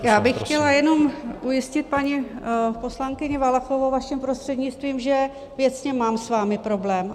Já bych chtěla jenom ujistit paní poslankyni Valachovou vaším prostřednictvím, že věcně mám s vámi problém.